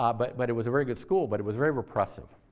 ah but but it was a very good school, but it was very repressive.